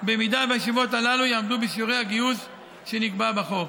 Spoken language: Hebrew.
אם הישיבות הללו יעמדו בשיעורי הגיוס שנקבעו בחוק,